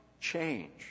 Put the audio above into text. Change